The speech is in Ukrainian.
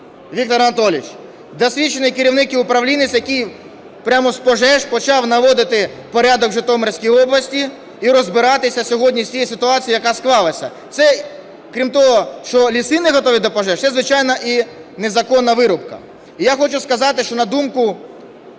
Віктор Анатолійович – досвідчений керівник і управлінець, який прямо з пожеж почав наводити порядок у Житомирській області і розбиратися сьогодні з тією ситуацією, яка склалася. Це, крім того, що ліси не готові до пожеж, це, звичайно, і незаконна вирубка. І я хочу сказати, що, на думку